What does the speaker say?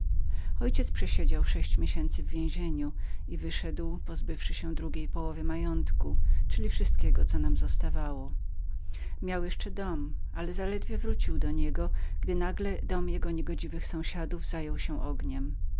ojciec przesiedział sześć miesięcy w więzieniu i wyszedł pozbywszy się drugiej połowy swego majątku czyli wszystkiego co nam zostawało pozostawał mu jeszcze dom ale zaledwie wrócił do niego gdy nagle zajął się ogień